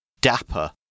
Dapper